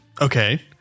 Okay